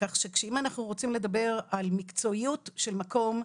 כך שאם אנחנו רוצים לדבר על מקצועיות של מקום,